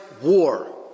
war